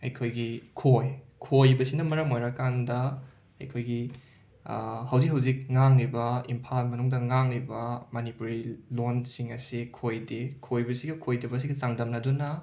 ꯑꯩꯈꯣꯏꯒꯤ ꯈꯣꯏ ꯈꯣꯏꯕꯁꯤꯅ ꯃꯔꯝ ꯑꯣꯏꯔꯀꯥꯟꯗ ꯑꯩꯈꯣꯏꯒꯤ ꯍꯧꯖꯤꯛ ꯍꯧꯖꯤꯛ ꯉꯥꯡꯂꯤꯕ ꯏꯝꯐꯥꯜ ꯃꯅꯨꯡꯗ ꯉꯥꯡꯂꯤꯕ ꯃꯅꯤꯄꯨꯔꯤ ꯂꯣꯟꯁꯤꯡ ꯑꯁꯤ ꯈꯣꯏꯗꯦ ꯈꯣꯏꯕꯁꯤꯒ ꯈꯣꯏꯗꯕꯁꯤꯒ ꯆꯥꯡꯗꯝꯅꯗꯨꯅ